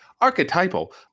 Archetypal